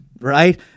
right